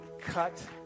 cut